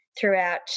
throughout